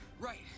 right